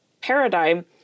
paradigm